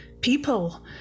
people